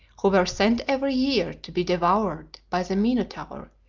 who were sent every year to be devoured by the minotaur,